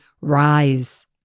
rise